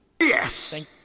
Yes